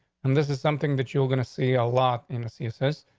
and this is something that you're going to see a lot in a ceases.